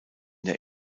der